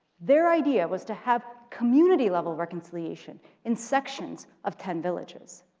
their idea was to have community level reconciliation in sections of ten villages,